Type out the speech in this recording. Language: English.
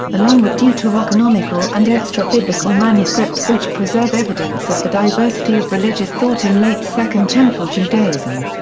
along with deuterocanonical and extra-biblical manuscripts which preserve evidence of the diversity of religious thought in late second temple judaism.